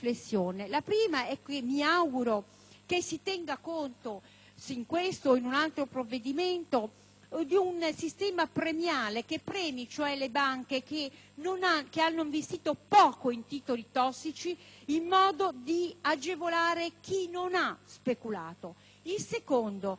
che si tenga conto, in questo o in un altro provvedimento, di un sistema premiale, volto cioè a premiare le banche che hanno investito poco in titoli tossici, così da agevolare chi non ha speculato. Quanto alla seconda, intendo sottolineare con soddisfazione il fatto